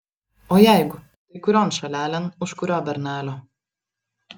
o jeigu tai kurion šalelėn už kurio bernelio